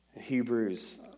Hebrews